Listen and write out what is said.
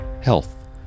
health